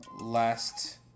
last